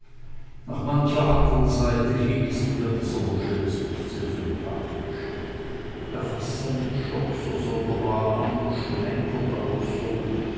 nach mancher andern seite hin ist mir dieser moscheles nicht sehr sympathisch er faßt seinen stock so sonderbar an und schlenkert auch so